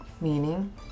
meaning